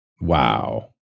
wow